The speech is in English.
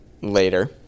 later